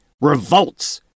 revolts